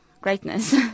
greatness